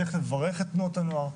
צריך לברך את תנועות הנוער,